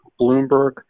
Bloomberg